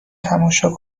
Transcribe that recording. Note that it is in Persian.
تماشا